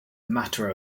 matter